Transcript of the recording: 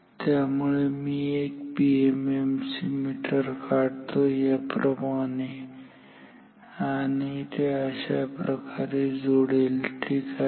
त्यामुळे मी एक पीएमएमसी मीटर काढतो याप्रमाणे आणि ते अशाप्रकारे जोडेल ठीक आहे